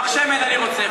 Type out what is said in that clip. פח שמן אני רוצה.